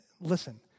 Listen